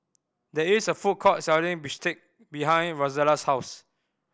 there is a food court selling bistake behind Rozella's house